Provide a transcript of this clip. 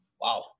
Wow